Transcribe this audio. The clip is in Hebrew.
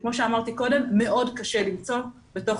שכמו שאמרתי קודם מאד קשה למצוא בתוך